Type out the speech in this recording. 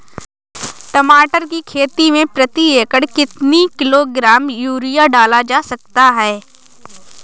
टमाटर की खेती में प्रति एकड़ कितनी किलो ग्राम यूरिया डाला जा सकता है?